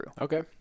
Okay